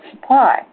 supply